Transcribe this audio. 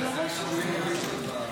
לגבי שב"ס, של החיילות, זה סמכות של חוץ